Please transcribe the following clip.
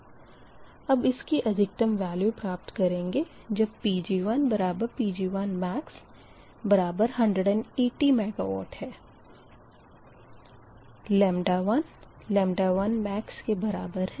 अब इसकी अधिकतम वेल्यू प्राप्त करेंगे जब Pg1 Pg1max180 MW है